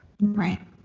Right